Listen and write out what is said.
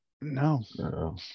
no